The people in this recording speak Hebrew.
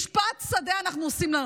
משפט שדה אנחנו עושים להם.